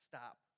Stop